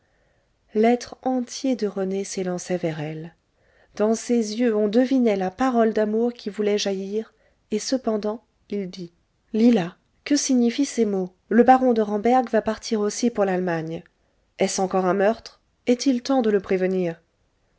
l'être entier de rené s'élançait vers elle dans ses yeux on devinait la parole d'amour qui voulait jaillir et cependant il dit lila que signifient ces mots le baron de ramberg va partir aussi pour l'allemagne est-ce encore un meurtre est-il temps de le prévenir